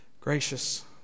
Gracious